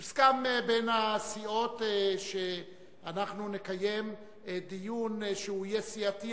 הוסכם בין הסיעות שאנחנו נקיים דיון שיהיה סיעתי,